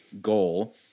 goal